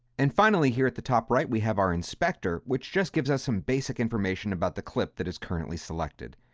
and finally here at the top right, we have our inspector which just gives us some basic information about the clip that is currently selected.